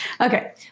Okay